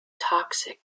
toxic